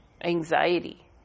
anxiety